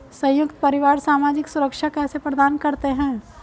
संयुक्त परिवार सामाजिक सुरक्षा कैसे प्रदान करते हैं?